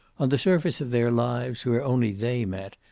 on the surface of their lives, where only they met,